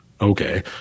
okay